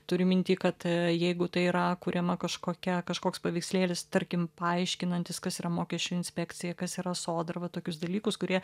turiu minty kad jeigu tai yra kuriama kažkokia kažkoks paveikslėlis tarkim paaiškinantis kas yra mokesčių inspekcija kas yra sodra va tokius dalykus kurie